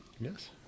Yes